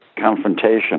confrontation